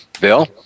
Bill